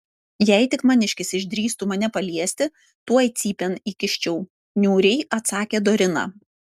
jei tik maniškis išdrįstų mane paliesti tuoj cypėn įkiščiau niūriai atsakė dorina